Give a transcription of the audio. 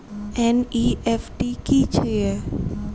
NEFT की छीयै?